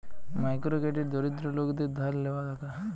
micro credit দরিদ্র লোকদের ধার লেওয়া টাকা